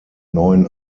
neun